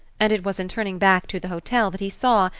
and it was in turning back to the hotel that he saw,